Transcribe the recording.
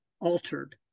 altered